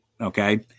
okay